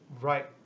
right